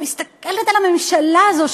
אני מסתכלת על הממשלה הזאת,